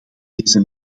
deze